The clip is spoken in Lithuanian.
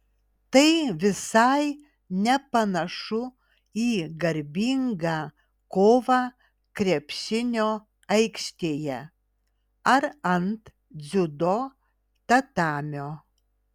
tai visai nepanašu į garbingą kovą krepšinio aikštėje ar ant dziudo tatamio